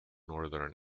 northern